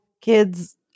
kid's